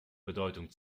bedeutung